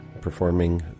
performing